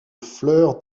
fleurs